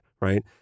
right